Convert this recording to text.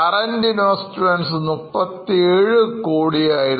current investments 37 കോടിയായിരുന്നു